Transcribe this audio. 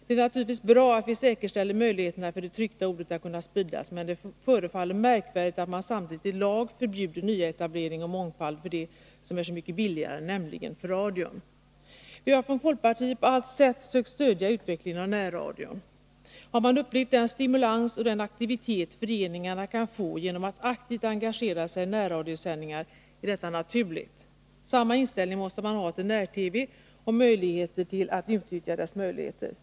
Det är naturligtvis bra att vi säkerställer möjligheterna för det tryckta ordet att spridas, men det förefaller märkvärdigt att man samtidigt i lag förbjuder nyetablering och mångfald för det som är så mycket billigare, nämligen för radion. Vi har från folkpartiet på allt sätt sökt stödja utvecklingen av närradion. Har man upplevt den stimulans och den aktivitet föreningarna kan få genom att aktivt engagera sig i närradiosändningar är detta naturligt. Samma inställning måste man ha till när-TV och möjligheter till att utnyttja dess möjligheter.